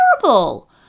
terrible